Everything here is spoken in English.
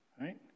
right